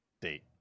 Date